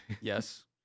Yes